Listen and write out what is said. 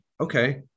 Okay